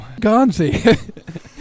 Gonzi